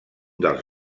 dels